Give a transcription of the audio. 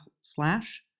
slash